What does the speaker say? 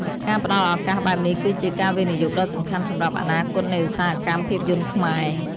ការផ្តល់ឱកាសបែបនេះគឺជា ការវិនិយោគដ៏សំខាន់សម្រាប់អនាគតនៃឧស្សាហកម្មភាពយន្តខ្មែរ។